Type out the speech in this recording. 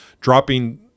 dropping